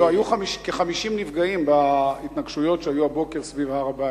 היו כ-50 נפגעים בהתנגשויות שהיו הבוקר סביב הר-הבית.